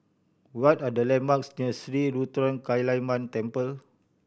what are the landmarks near Sri Ruthra Kaliamman Temple